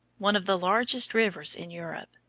one of the largest rivers in europe.